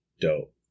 Dope